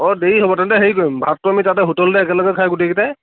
অঁ দেৰি হ'ব তেন্তে হেৰি কৰিম ভাতটো আমি তাতে হোটেলতে একেলগে খাই গোটেইকেইটাই